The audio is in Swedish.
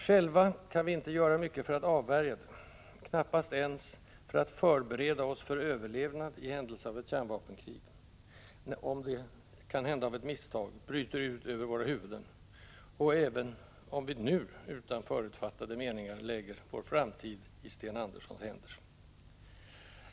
Själva kan vi inte göra mycket för att avvärja det, knappast ens för att förbereda oss för överlevnad i händelse ett kärnvapenkrig, kanhända av misstag, bryter ut över våra huvuden — även om vi nu utan förutfattade meningar lägger vår framtid i Sten Anderssons händer.